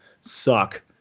suck